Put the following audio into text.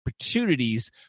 opportunities